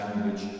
language